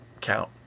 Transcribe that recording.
count